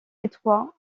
étroit